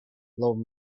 love